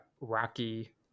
rocky